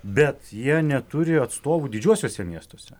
bet jie neturi atstovų didžiuosiuose miestuose